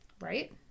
Right